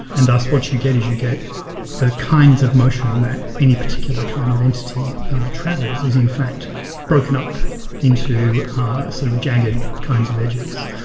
and thus what you do is you get the kinds of motion that any particular kind of entity travels is in fact broken up into sort of jagged kinds of edges.